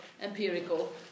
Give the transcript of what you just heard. empirical